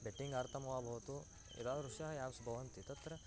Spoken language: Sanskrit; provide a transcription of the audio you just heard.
बेट्टिङ्ग् आर्थं वा भवतु एतादृशः एप्स् भवन्ति तत्र